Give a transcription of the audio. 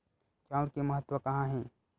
चांउर के महत्व कहां हे?